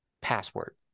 password